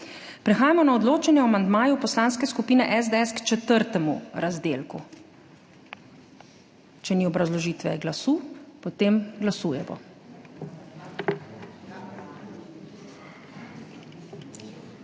Prehajamo na odločanje o amandmaju Poslanske skupine SDS k četrtemu razdelku. Če ni obrazložitve glasu, potem glasujemo.